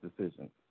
decisions